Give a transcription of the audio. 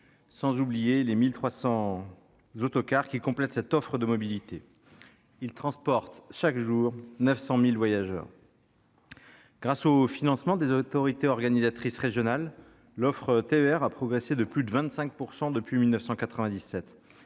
sans oublier les 1 300 autocars qui complètent cette offre de mobilité. Ils transportent chaque jour quelque 900 000 voyageurs. Grâce aux financements des autorités organisatrices régionales, l'offre TER a progressé de plus de 25 % depuis 1997,